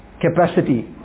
capacity